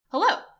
Hello